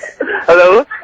Hello